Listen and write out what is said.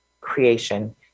creation